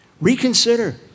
reconsider